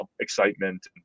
excitement